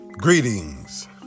Greetings